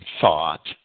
thought